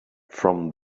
from